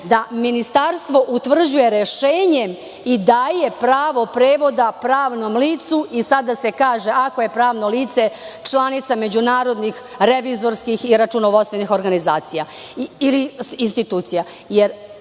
da Ministarstvo utvrđuje rešenjem i daje pravo prevoda pravnom licu i sada se kaže – ako je pravno lice članica međunarodnih revizorskih i računovodstvenih organizacija ili institucija. Ako